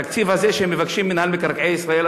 התקציב הזה שמבקש מינהל מקרקעי ישראל,